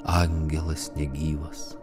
angelas negyvas